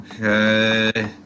Okay